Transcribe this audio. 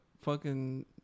fucking-